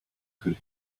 could